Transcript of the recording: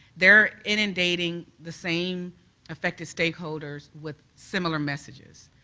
they are inundating the same effective stakeholders with similar messages.